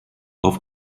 auf